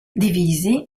divisi